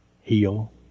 heal